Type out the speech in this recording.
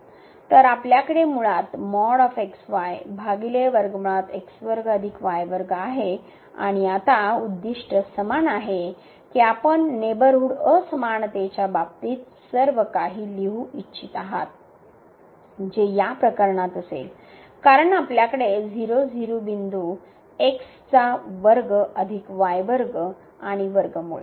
तर आपल्याकडे मुळात आहे आणि आता उद्दीष्ट समान आहे की आपण नेबरहूड असमानतेच्या बाबतीत सर्व काही लिहू इच्छित आहात जे या प्रकरणात असेल कारण आपल्याकडे 0 0 बिंदू x चा वर्ग अधिक y वर्ग आणि वर्ग मूळ